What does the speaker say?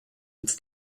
its